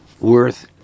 worth